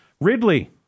Ridley